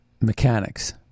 mechanics